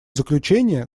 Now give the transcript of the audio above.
заключение